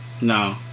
no